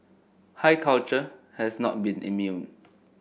high culture has not been immune